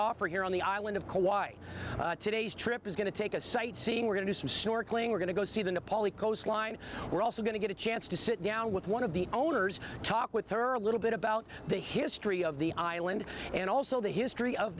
offer here on the island of kauai today's trip is going to take a sightseeing we're going to claim we're going to go see the nepali coastline we're also going to get a chance to sit down with one of the owners talk with her a little bit about the history of the island and also the history of